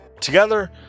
Together